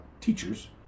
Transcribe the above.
teachers